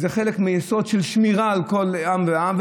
זה חלק מיסוד של שמירה על כל עם ועם,